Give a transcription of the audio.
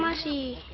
um she